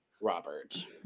Robert